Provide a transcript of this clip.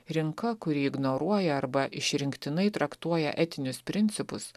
rinka kuri ignoruoja arba išrinktinai traktuoja etinius principus